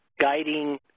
guiding